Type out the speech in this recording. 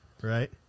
Right